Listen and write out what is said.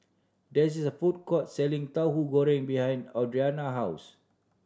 there is a food court selling Tauhu Goreng behind Audrina house